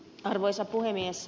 arvoisa puhemies